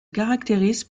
caractérise